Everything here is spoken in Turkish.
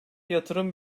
yatırım